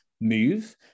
move